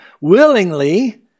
willingly